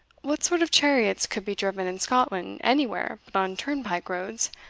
what sort of chariots could be driven in scotland anywhere but on turnpike roads,